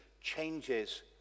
changes